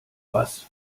was